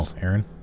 Aaron